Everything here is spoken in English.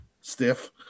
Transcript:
stiff